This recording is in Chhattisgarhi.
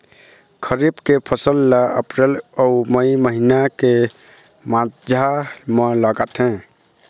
खरीफ के फसल ला अप्रैल अऊ मई महीना के माझा म लगाथे